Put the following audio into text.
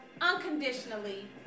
unconditionally